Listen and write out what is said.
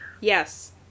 Yes